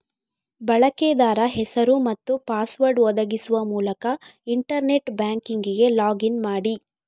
ಬಳಕೆದಾರ ಹೆಸರು ಮತ್ತು ಪಾಸ್ವರ್ಡ್ ಒದಗಿಸುವ ಮೂಲಕ ಇಂಟರ್ನೆಟ್ ಬ್ಯಾಂಕಿಂಗಿಗೆ ಲಾಗ್ ಇನ್ ಮಾಡಿ